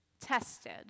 tested